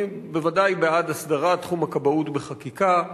אני בוודאי בעד הסדרת תחום הכבאות בחקיקה,